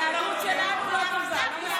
היהדות שלנו לא טובה, לא מספיק טובה, רק שלכם.